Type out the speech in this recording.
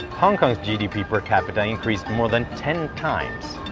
hong kong's gdp per capita increased more than ten times.